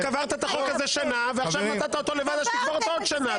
קברת את החוק הזה שנה ועכשיו נתת אותו לוועדה שתקבור אותו עוד שנה.